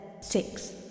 six